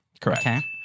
Correct